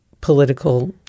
political